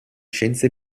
scienze